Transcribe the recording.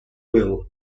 will